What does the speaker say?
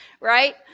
right